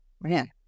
Man